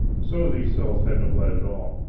some of these cells had no light at all.